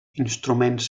instruments